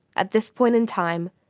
at this point in time,